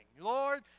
Lord